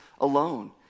alone